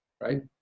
right